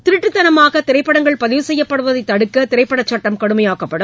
திருட்டுத்தனமாக திரைப்படங்கள் பதிவு செய்யப்படுவதைத் தடுக்க திரைப்படச் சட்டம் கடுமையாக்கப்படும்